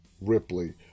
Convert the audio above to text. Ripley